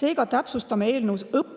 Seega täpsustame eelnõus õppekeskkonna